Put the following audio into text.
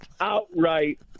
Outright